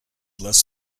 less